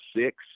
six